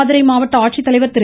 மதுரை மாவட்ட ஆட்சித்தலைவர் திரு